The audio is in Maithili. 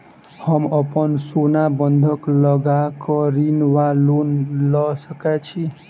हम अप्पन सोना बंधक लगा कऽ ऋण वा लोन लऽ सकै छी?